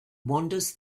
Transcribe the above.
wanders